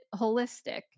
holistic